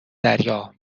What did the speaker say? دریا